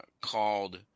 called